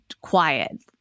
quiet